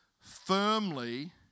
firmly